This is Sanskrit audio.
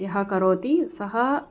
यः करोति सः